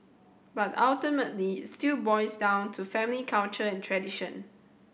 but ultimately it still boils down to family culture and tradition